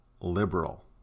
liberal